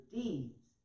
deeds